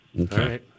Okay